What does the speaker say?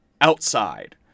outside